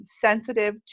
sensitive